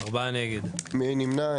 מי נמנע?